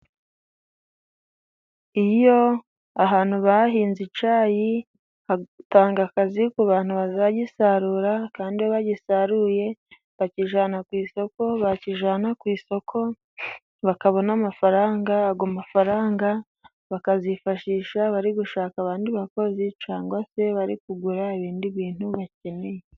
Iyo ahantu bahinze icyayi hatanga akazi ku bantu bazagisarura, kandi bagisaruye bakijyana ku isoko, bakijyana ku isoko bakabona amafaranga, ayo mafaranga bakayifashisha bari gushaka abandi bakozi, cyangwa se bari kugura ibindi bintu bakeneye.